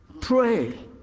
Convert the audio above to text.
pray